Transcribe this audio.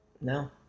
No